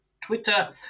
Twitter